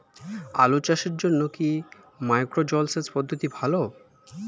আলু চাষের জন্য কি মাইক্রো জলসেচ পদ্ধতি ভালো?